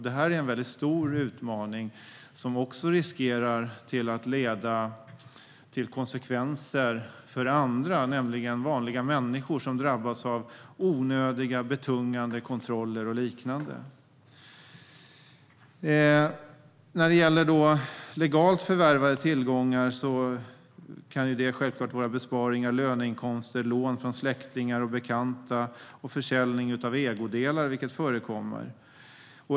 Det här är en stor utmaning med risk för konsekvenser för andra, nämligen vanliga människor som drabbas av onödiga och betungande kontroller och liknande. Legalt förvärvade tillgångar kan självklart vara besparingar, löneinkomster, lån från släktingar och bekanta eller inkomster från försäljning av ägodelar, vilket förekommer.